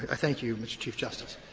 ah thank you, mr. chief justice.